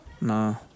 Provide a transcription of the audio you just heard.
No